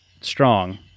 strong